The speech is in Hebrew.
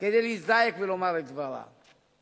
כדי להזדעק ולומר את דברה.